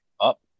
up